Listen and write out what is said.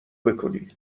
بکنی